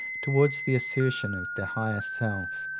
towards the assertion of the higher self.